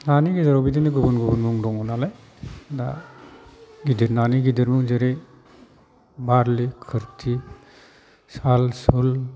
नानि गेजेराव बिदिनो गुबुन गुबुन मुं दं नालाय दा गिदिर नानि गिदिर मुं जेरै बारलि खोरथि साल सुल